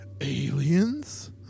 Aliens